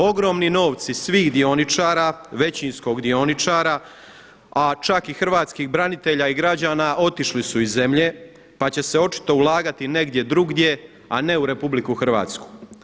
Ogromni novci svih dioničara, većinskog dioničara, a čak i hrvatskih branitelja i građana otišli su iz zemlje pa će se očito ulagati negdje drugdje, a ne u RH.